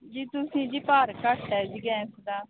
ਜੀ ਤੁਸੀਂ ਜੀ ਭਾਰ ਘੱਟ ਹੈ ਜੀ ਗੈਸ ਦਾ